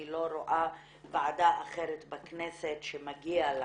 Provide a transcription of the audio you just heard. אני לא רואה ועדה אחרת בכנסת שמגיע לה